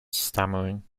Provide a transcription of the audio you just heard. stammering